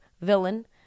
villain